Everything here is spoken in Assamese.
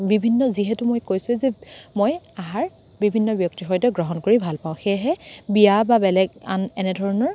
বিভিন্ন যিহেতু মই কৈছোঁৱে যে মই আহাৰ বিভিন্ন ব্যক্তিৰ সৈতে গ্ৰহণ কৰি ভাল পাওঁ সেইহে বিয়া বা বেলেগ আন এনেধৰণৰ